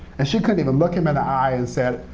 and she couldn't even look him in the eye and said,